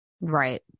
Right